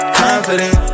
confident